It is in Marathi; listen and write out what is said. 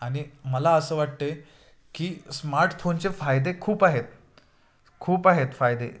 आणि मला असं वाटते की स्मार्टफोनचे फायदे खूप आहेत खूप आहेत फायदे